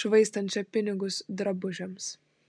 švaistančią pinigus drabužiams